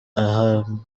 ahamwe